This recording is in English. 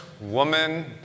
woman